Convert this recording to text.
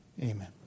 Amen